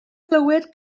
glywed